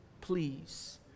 please